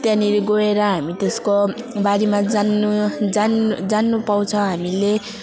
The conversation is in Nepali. त्यहाँनेरि गएर हामी त्यसको बारेमा जान्नु जान जान्नु पाउँछ हामीले